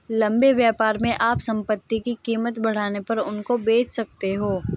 लंबे व्यापार में आप संपत्ति की कीमत बढ़ने पर उसको बेच सकते हो